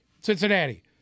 Cincinnati